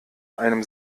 einem